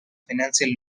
financial